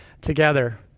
together